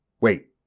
Wait